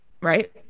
right